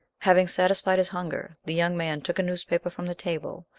having satisfied his hunger, the young man took a newspaper from the table,